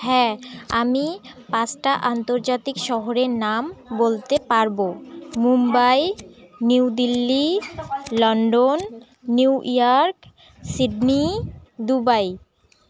হ্যাঁ আমি পাঁচটা আন্তর্জাতিক শহরের নাম বলতে পারবো Mumbai New Delhi London New York Sydney Dubai